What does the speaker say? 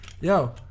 yo